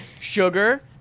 Sugar